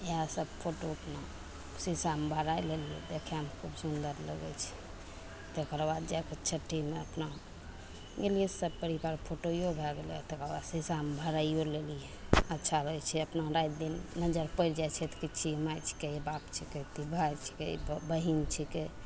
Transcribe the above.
इएहसब फोटो अपना शीशामे भरै लेलिए देखैमे खूब सुन्दर लागै छै तकर बाद जाके छट्ठीमे अपना गेलिए सभ परिवार फोटोओ भै गेलै तकर बाद शीशामे भराइओ लेलिए अच्छा रहै छै रातिदिन नजरि पड़ि जाइ छै तऽ ई के छिए ई माइ छिकै ई बाप छिकै तऽ ई भाइ छिकै ई भौ बहिन छिकै